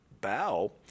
bow